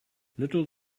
little